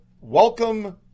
Welcome